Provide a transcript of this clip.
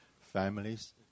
families